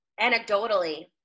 anecdotally